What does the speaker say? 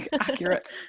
accurate